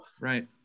Right